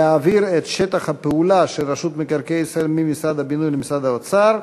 להעביר את שטח הפעולה של רשות מקרקעי ישראל ממשרד הבינוי למשרד האוצר,